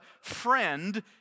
friend